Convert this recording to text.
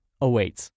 awaits